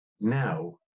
Now